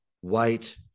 white